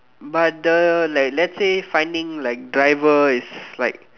but the like let's say finding like driver is like